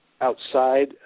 outside